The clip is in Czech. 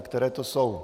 Které to jsou?